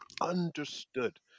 Understood